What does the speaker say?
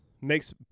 makes